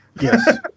Yes